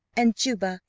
and juba,